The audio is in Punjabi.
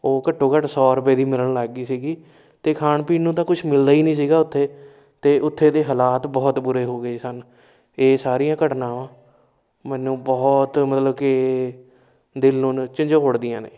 ਉਹ ਘੱਟੋ ਘੱਟ ਸੌ ਰੁਪਏ ਦੀ ਮਿਲਣ ਲੱਗ ਗਈ ਸੀਗੀ ਅਤੇ ਖਾਣ ਪੀਣ ਨੂੰ ਤਾਂ ਕੁਛ ਮਿਲਦਾ ਹੀ ਨਹੀਂ ਸੀਗਾ ਉੱਥੇ ਅਤੇ ਉੱਥੇ ਦੇ ਹਾਲਾਤ ਬਹੁਤ ਬੁਰੇ ਹੋ ਗਏ ਸਨ ਇਹ ਸਾਰੀਆਂ ਘਟਨਾਵਾਂ ਮੈਨੂੰ ਬਹੁਤ ਮਤਲਬ ਕਿ ਦਿਲ ਨੂੰ ਝੰਜੋੜਦੀਆਂ ਨੇ